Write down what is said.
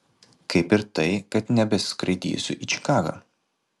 kaip ir tai kad nebeskraidysiu į čikagą